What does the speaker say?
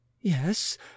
yes